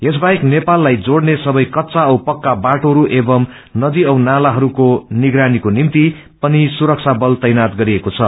यस बाहेक नेपाललाई जोड़ने सबै कच्चा औ पक्का बाटोहरू एव नदी औ नालाहरूको निगरानीको निभ्ति पनि सुरक्षा बल तैनात गरिएको छ